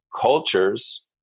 cultures